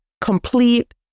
Complete